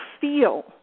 feel